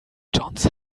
johns